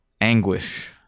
anguish